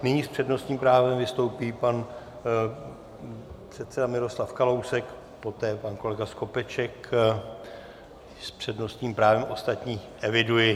Nyní s přednostním právem vystoupí pan předseda Miroslav Kalousek, poté pan kolega Skopeček s přednostním právem, ostatní eviduji.